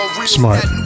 Smart